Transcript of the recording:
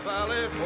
Valley